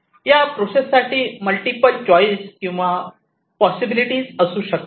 या प्रोसेस साठी multiple choice किंवा पॉसिबीलिटि असू शकतात